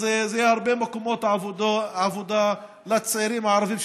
יהיו הרבה מקומות עבודה לצעירים הערבים,